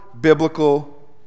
biblical